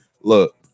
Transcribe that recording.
Look